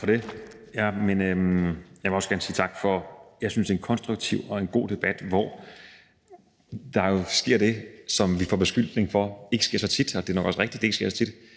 Tak for det. Jeg vil også gerne sige tak for en, synes jeg, konstruktiv og god debat, hvor der jo sker det, som vi bliver beskyldt for ikke sker så tit – og det er nok også rigtigt, at det ikke sker så tit